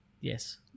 Yes